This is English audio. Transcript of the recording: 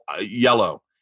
yellow